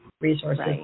resources